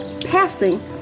passing